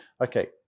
Okay